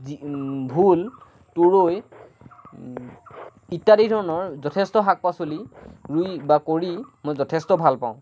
ভোল তৰৈ ইত্যাদি ধৰণৰ যথেষ্ট শাক পাচলি ৰুই বা কৰি মই যথেষ্ট ভাল পাওঁ